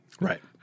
Right